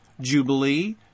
jubilee